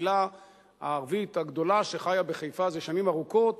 הקהילה הערבית הגדולה שחיה בחיפה זה שנים ארוכות